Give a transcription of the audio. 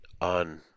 on